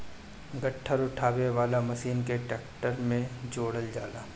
गट्ठर उठावे वाला मशीन के ट्रैक्टर में जोड़ल जाला